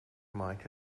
mike